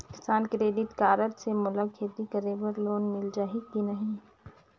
किसान credit card से मोला खेती करे बर लोन मिल जाहि की बनही??